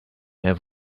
have